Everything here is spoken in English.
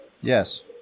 Yes